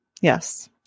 yes